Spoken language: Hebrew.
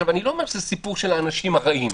אני לא אומר שזה סיפור של אנשים רעים.